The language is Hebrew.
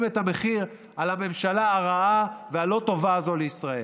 את המחיר על הממשלה הרעה והלא-טובה הזו לישראל.